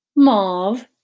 Mauve